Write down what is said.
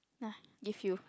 !nah! give you